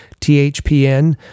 THPN